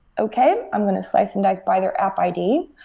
okay. i'm going to slice and dice by their app id.